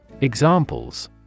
examples